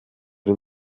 den